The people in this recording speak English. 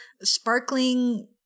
sparkling